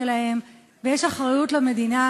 יש אחריות למדינה,